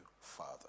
Father